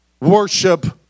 worship